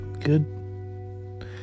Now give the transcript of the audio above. good